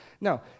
Now